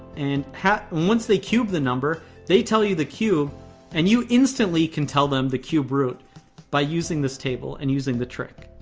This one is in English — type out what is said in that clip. and once they cube the number, they tell you the cube and you instantly can tell them the cube root by using this table and using the trick.